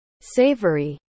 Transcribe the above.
savory